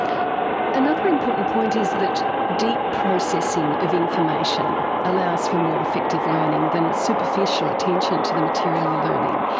another important point is that deep processing of information allows for more effective learning than superficial attention to the material you're learning.